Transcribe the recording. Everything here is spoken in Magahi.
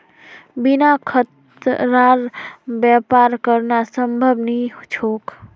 बिना खतरार व्यापार करना संभव नी छोक